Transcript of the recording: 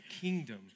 kingdom